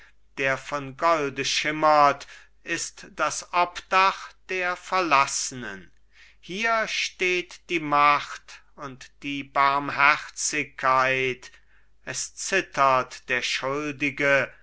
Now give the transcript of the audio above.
der von golde schimmert ist das obdach der verlassenen hier steht die macht und die barmherzigkeit es zittert der schuldige